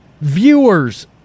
viewers